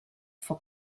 for